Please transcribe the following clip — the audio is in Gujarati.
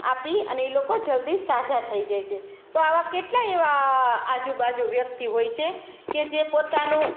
આપી અને એ લોકો જલ્દી સાજા થઈ જાય છે તો આવા કેટલાય એવા આજુબાજુ વ્યક્તિ હોય છે કે જે પોતાનું